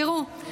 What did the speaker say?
תראו,